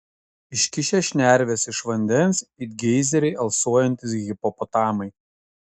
iškišę šnerves iš vandens it geizeriai alsuojantys hipopotamai